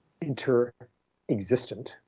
inter-existent